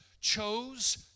chose